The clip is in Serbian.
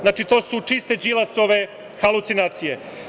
Znači, to su čiste Đilasove halucinacije.